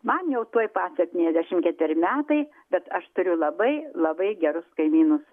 man jau tuoj pat septyniasdešimt ketveri metai bet aš turiu labai labai gerus kaimynus